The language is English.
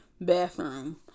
bathroom